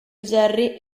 jerry